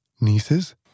nieces